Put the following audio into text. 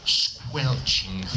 squelching